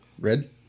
Red